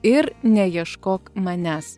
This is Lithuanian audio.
ir neieškok manęs